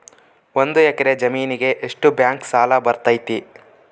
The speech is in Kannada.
ಒಂದು ಎಕರೆ ಜಮೇನಿಗೆ ಎಷ್ಟು ಬ್ಯಾಂಕ್ ಸಾಲ ಬರ್ತೈತೆ?